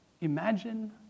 imagine